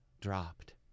dropped